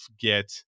get